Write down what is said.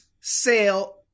sale